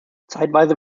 zeitweise